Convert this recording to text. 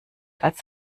als